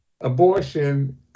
abortion